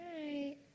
right